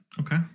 Okay